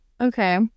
Okay